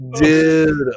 Dude